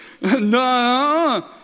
No